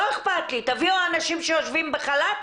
לא אכפת לי תביאו אנשים שיושבים בחל"ת,